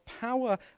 power